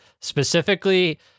specifically